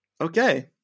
Okay